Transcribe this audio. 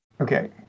Okay